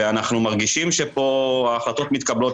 ואנחנו מרגישים שפה ההחלטות מתקבלות,